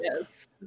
yes